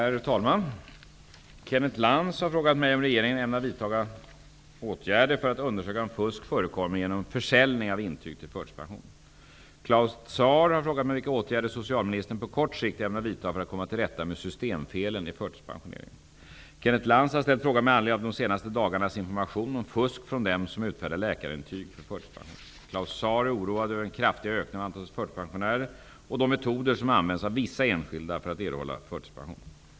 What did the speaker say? Herr talman! Kenneth Lantz har frågat mig om regeringen ämnar vidtaga åtgärder för att undersöka om fusk förekommer genom Kenneth Lantz har ställt frågan med anledning av de senaste dagarnas information om fusk från dem som utfärdar läkarintyg för förtidspension. Claus Zaar är oroad över den kraftiga ökningen av antalet förtidspensionärer och de metoder som använts av vissa enskilda för att erhålla förtidspension.